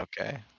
Okay